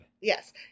Yes